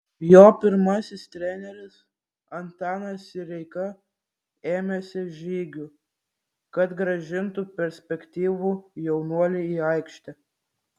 jo pirmasis treneris antanas sireika ėmėsi žygių kad grąžintų perspektyvų jaunuolį į aikštę